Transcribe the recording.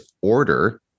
order